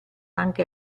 anche